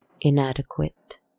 inadequate